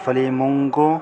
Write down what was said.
فلی موننگو